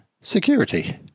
security